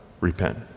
Repent